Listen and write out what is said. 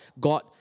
God